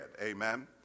amen